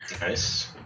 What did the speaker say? Nice